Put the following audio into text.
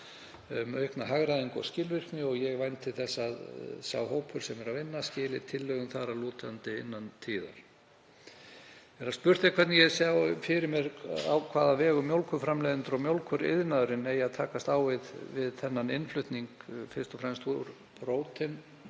um aukna hagræðingu og skilvirkni. Ég vænti þess að sá hópur sem er að vinna skili tillögum þar að lútandi innan tíðar. Þegar spurt er hvernig ég sjái fyrir mér á hvaða vegum mjólkurframleiðendur og mjólkuriðnaðurinn eigi að takast á við þennan innflutning, fyrst og fremst úr próteinhluta